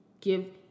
give